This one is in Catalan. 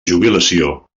jubilació